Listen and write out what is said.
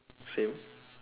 same